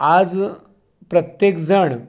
आज प्रत्येकजण